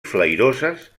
flairoses